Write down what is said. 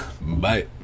Bye